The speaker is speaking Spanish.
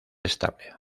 estable